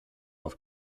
auf